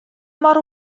mor